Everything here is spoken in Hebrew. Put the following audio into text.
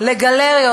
לגלריות,